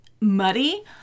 muddy